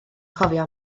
cofio